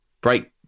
break